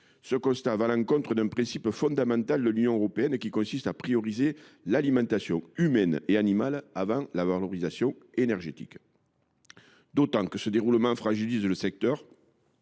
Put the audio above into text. Ce constat va à l’encontre d’un principe fondamental de l’Union européenne consistant à prioriser l’alimentation humaine et animale avant la valorisation énergétique. Par ailleurs, ce détournement fragilise le secteur,